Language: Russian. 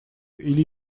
или